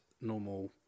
normal